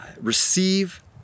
receive